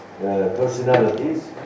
personalities